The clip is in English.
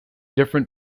different